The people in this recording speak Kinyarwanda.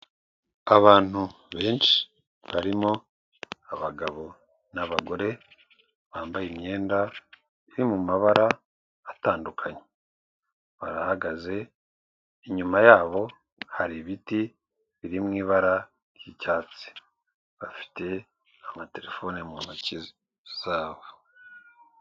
Abantu benshi barimo abagabo n'abagore bambaye imyenda yo mu mabara atandukanye, barahagaze inyuma yabo hari ibiti biri mu ibara ry'icyatsi bafite amatelefone mu ntoki zabo.